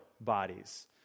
bodies